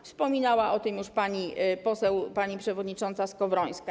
Wspominała o tym już pani poseł, pani przewodnicząca Skowrońska.